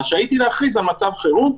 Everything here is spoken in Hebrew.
רשאית היא להכריז על מצב חירום".